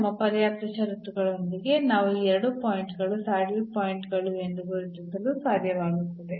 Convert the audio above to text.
ನಮ್ಮ ಪರ್ಯಾಪ್ತ ಷರತ್ತುಗಳೊಂದಿಗೆ ನಾವು ಈ ಎರಡು ಪಾಯಿಂಟ್ ಗಳು ಸ್ಯಾಡಲ್ ಪಾಯಿಂಟ್ ಗಳು ಎಂದು ಗುರುತಿಸಲು ಸಾಧ್ಯವಾಗುತ್ತದೆ